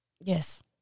Yes